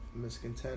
Miscontent